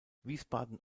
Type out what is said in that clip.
wiesbaden